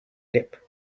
lip